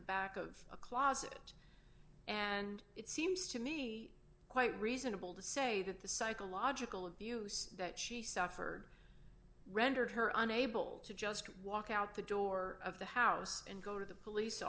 the back of a closet and it seems to me quite reasonable to say that the psychological abuse that she suffered rendered her unable to just walk out the door of the house and go to the police